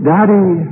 Daddy